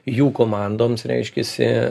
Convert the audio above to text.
jų komandoms reiškiasi